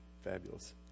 fabulous